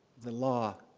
the law.